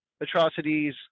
atrocities